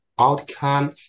outcome